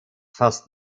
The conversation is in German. fast